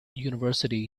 university